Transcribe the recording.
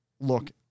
look